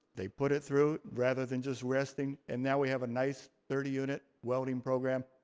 they put it through, rather than just resting, and now we have a nice, thirty unit welding program.